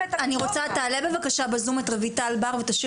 תעלו בבקשה בזום את רויטל בר ותשאיר